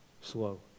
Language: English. slow